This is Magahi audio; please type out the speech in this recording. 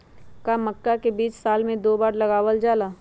का मक्का के बीज साल में दो बार लगावल जला?